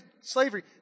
slavery